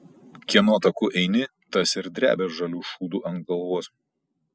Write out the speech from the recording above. kieno taku eini tas ir drebia žaliu šūdu ant galvos